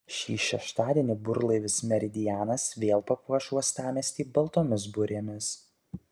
šį šeštadienį burlaivis meridianas vėl papuoš uostamiestį baltomis burėmis